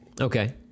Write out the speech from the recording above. okay